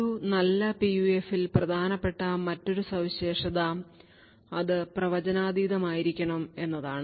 ഒരു നല്ല PUFൽ പ്രധാനപ്പെട്ട മറ്റൊരു സവിശേഷത അത് പ്രവചനാതീതമായിരിക്കണം എന്നതാണ്